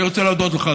אני רוצה להודות לך,